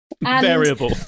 Variable